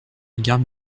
regard